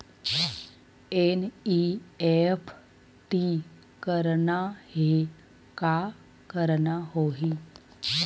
NEFT करना हे का करना होही?